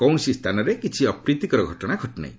କୌଣସି ସ୍ଥାନରେ କିଛି ଅପ୍ରୀତିକର ଘଟଣା ଘଟିନାହିଁ